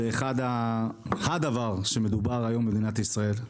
זה הדבר שמדובר היום במדינת ישראל.